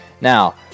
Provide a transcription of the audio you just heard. Now